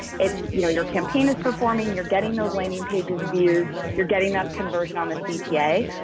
it's you know, your campaign is performing you're getting those landing pages views you're getting that conversion on the cta,